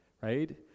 right